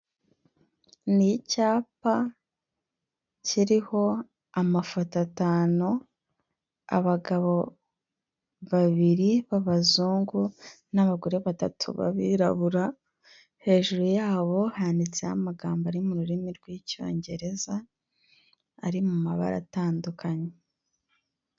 Ni icyapa kiriho amafoto atanu, abagabo babiri b'abazungu n'abagore batatu b'abirabura, hejuru yabo handitseho amagambo ari mu rurimi rw'icyongereza, ari mu mabara atandukanye.